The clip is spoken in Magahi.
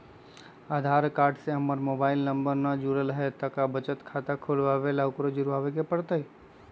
आधार कार्ड से हमर मोबाइल नंबर न जुरल है त बचत खाता खुलवा ला उकरो जुड़बे के पड़तई?